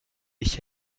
ich